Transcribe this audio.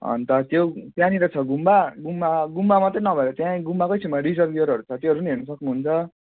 अन्त त्यो त्यहाँनिर छ गुम्बा गुम्बा गुम्बा मात्रै नभएर त्यहीँ गुम्बाकै छेउमा रिजर्बियरहरू छ त्योहरू पनि हेर्नु सक्नुहुन्छ